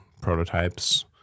prototypes